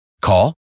Call